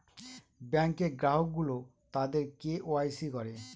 ব্যাঙ্কে গ্রাহক গুলো তাদের কে ওয়াই সি করে